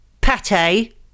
pate